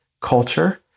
culture